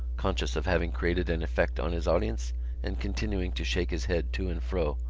conscious of having created an effect on his audience and continuing to shake his head to and fro.